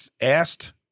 asked